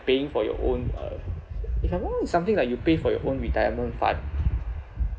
paying for your own uh if I'm not wrong it's something like you pay for your own retirement fund